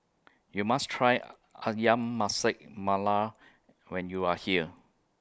YOU must Try Ayam Masak Mala when YOU Are here